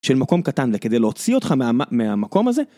של מקום קטן כדי להוציא אותך מהמקום הזה.